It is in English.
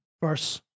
verse